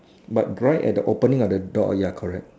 but right at the opening of the door ya correct